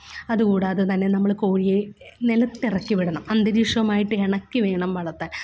അതുകൂടാതെ തന്നെ നമ്മള് കോഴിയെ നിലത്തിറക്കി വിടണം അന്തരീക്ഷവുമായിട്ടിണക്കി വേണം വളർത്താൻ